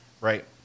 Right